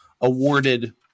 awarded